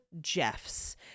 Jeffs